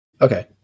Okay